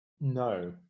no